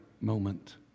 moment